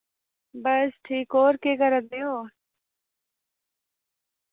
बस ठीक और केह् करा दे ओ